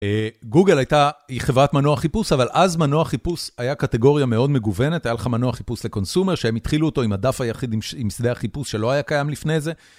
גוגל הייתה חברת מנוע חיפוש, אבל אז מנוע חיפוש היה קטגוריה מאוד מגוונת, היה לך מנוע חיפוש ל consumer, שהם התחילו אותו עם הדף היחיד עם שדה החיפוש שלא היה קיים לפני זה.